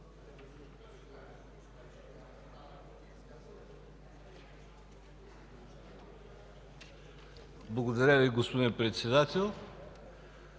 Благодаря Ви, господин Председателстващ.